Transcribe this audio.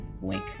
Wink